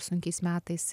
sunkiais metais